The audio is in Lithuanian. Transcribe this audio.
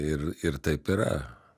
ir ir taip yra